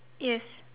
yes